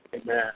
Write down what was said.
Amen